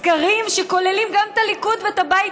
סקרים שכוללים גם את הליכוד וגם את הבית